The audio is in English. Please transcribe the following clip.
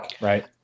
right